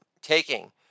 taking